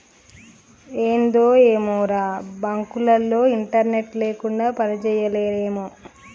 ఏందో ఏమోరా, బాంకులోల్లు ఇంటర్నెట్ లేకుండ పనిజేయలేరేమో